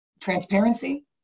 transparency